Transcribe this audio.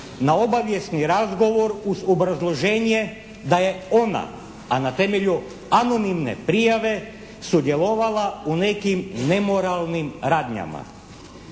na obavijesni razgovor uz obrazloženja da je ona a na temelju anonimne prijave sudjelovala u nekim nemoralnim radnjama.